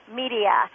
media